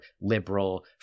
liberal